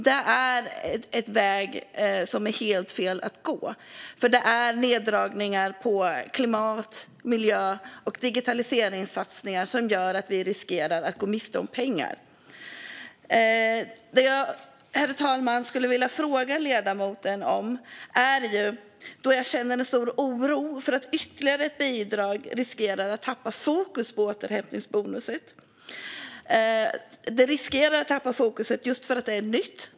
Detta är en väg som är helt fel att gå, för det är neddragningar på klimat-, miljö och digitaliseringssatsningar som gör att vi riskerar att gå miste om pengar. Herr talman! Jag känner en stor oro för att ytterligare ett bidrag, just därför att det är nytt, riskerar att göra att fokus på återhämtningsbonusen tappas.